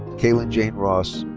caitlin jane ross.